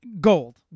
gold